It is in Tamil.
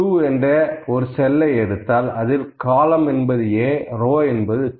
A2 என்ற ஒரு செல்லை தேர்ந்தெடுத்தால் அதில் காலம்ன் A ரோ 2